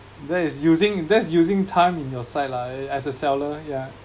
that is using that's using time in your side lah as a seller yeah